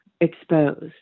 exposed